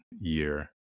year